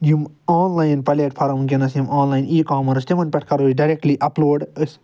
یِم online platform وُنٛکیٚس یِم آنلاین ای کامٲرٕس تِمَن پٮ۪ٹھ کرو أسۍ ڈایریٚکٹٕلی اَپلوڈ أسۍ